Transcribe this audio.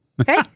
Okay